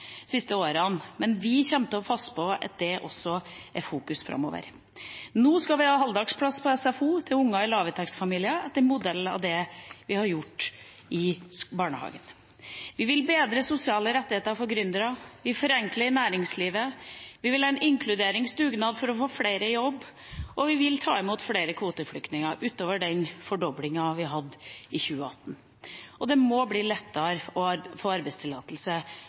siste årene, men vi kommer til å passe på at det også er i fokus framover. Nå skal vi ha halvdagsplass på SFO til unger i lavinntektsfamilier, etter modell av det vi har gjort i barnehagen. Vi vil bedre sosiale rettigheter for gründere, vi forenkler i næringslivet, vi vil ha en inkluderingsdugnad for å få flere i jobb, og vi vil ta imot flere kvoteflyktninger utover fordoblingen i 2018. Det må bli lettere å få arbeidstillatelse